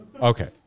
Okay